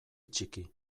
txiki